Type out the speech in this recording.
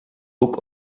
boek